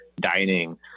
dining